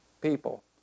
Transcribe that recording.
People